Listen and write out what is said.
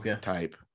type